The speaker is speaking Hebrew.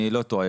אני לא טועה.